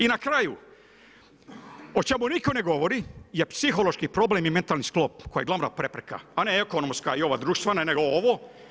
I na kraju o čemu nitko ne govori je psihološki problem i mentalni sklop koji je glavna prepreka, a ne ekonomska i ova društvena, nego ovo.